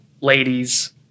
ladies